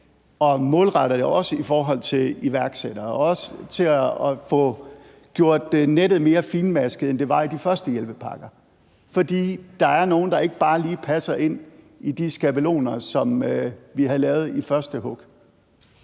og målretter det, også i forhold til iværksættere, og også til at få gjort nettet mere fintmasket, end det var i de første hjælpepakker, fordi der er nogle, der ikke bare lige passer ind i de skabeloner, som vi havde lavet i første hug.